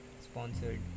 sponsored